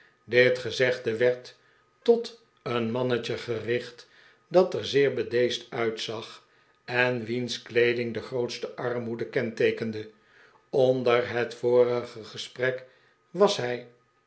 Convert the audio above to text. dit gezegde werd tot een mannetje gericht dat er zeer bedeesd uitzag en wiens kleeding de grootste armoede kenteekende onder het vorige gesprek was hij